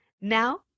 Now